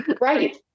Right